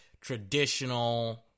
traditional